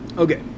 Okay